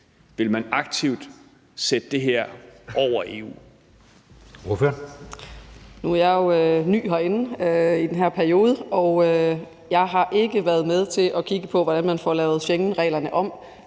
15:40 Betina Kastbjerg (DD): Nu er jeg jo ny herinde i den her periode, og jeg har ikke været med til at kigge på, hvordan man får lavet Schengenreglerne om.